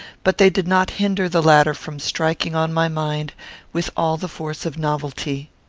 but they did not hinder the latter from striking on my mind with all the force of novelty.